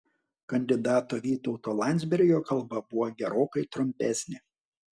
kandidato vytauto landsbergio kalba buvo gerokai trumpesnė